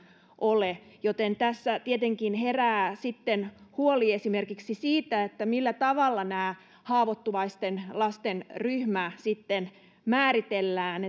ole joten tässä tietenkin herää huoli esimerkiksi siitä millä tavalla tämä haavoittuvaisten lasten ryhmä sitten määritellään